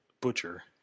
butcher